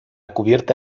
cubierta